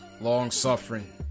Long-suffering